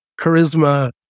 charisma